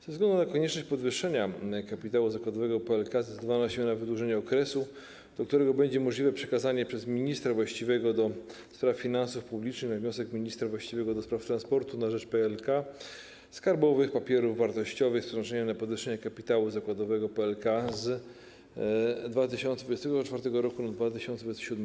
Ze względu na konieczność podwyższenia kapitału zakładowego PLK zdecydowano się na wydłużenie okresu, do którego będzie możliwe przekazanie przez ministra właściwego ds. finansów publicznych, na wniosek ministra właściwego ds. transportu, na rzecz PLK skarbowych papierów wartościowych z przeznaczeniem na podwyższenie kapitału zakładowego PLK, z roku 2024 na rok 2027.